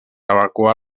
evacuar